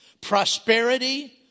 prosperity